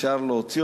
אפשר להוציא.